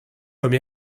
comme